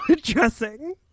dressing